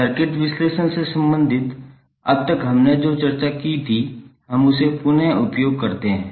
circuit विश्लेषण से संबंधित अब तक हमने जो चर्चा की थी हम उसे पुन उपयोग करते हैं